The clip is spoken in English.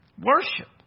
worship